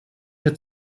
had